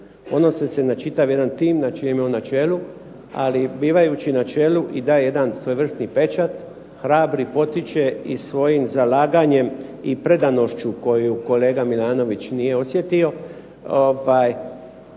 odnose se na čitav jedan tim na čijem je on na čelu, ali bivajući na čelu i daje jedan svojevrsni pečat, hrabri, potiče i svojim zalaganjem i predanošću koju kolega Milanović nije osjetio,